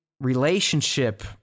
relationship